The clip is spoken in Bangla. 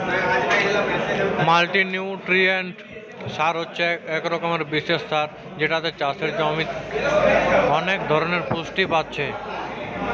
মাল্টিনিউট্রিয়েন্ট সার হচ্ছে এক রকমের বিশেষ সার যেটাতে চাষের জমির অনেক ধরণের পুষ্টি পাচ্ছে